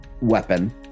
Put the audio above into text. weapon